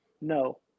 No